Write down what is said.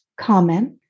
comment